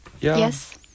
yes